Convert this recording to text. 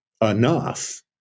enough